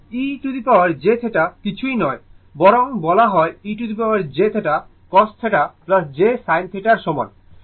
আর e jθ কিছুই নয় বরং বলা হয় e jθ cos θ j sin θ এর সমান